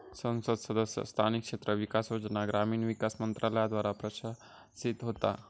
संसद सदस्य स्थानिक क्षेत्र विकास योजना ग्रामीण विकास मंत्रालयाद्वारा प्रशासित होता